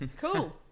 cool